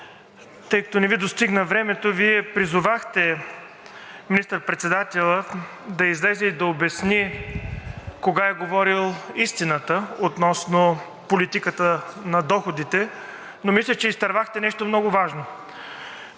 тъй като не Ви достигна времето, Вие призовахте министър-председателя да излезе и да обясни кога е говорил истината относно политиката по доходите. Мисля, че изтървахте нещо много важно.